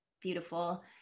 beautiful